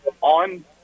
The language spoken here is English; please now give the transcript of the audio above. on